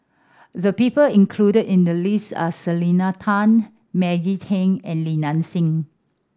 the people included in the list are Selena Tan Maggie Teng and Li Nanxing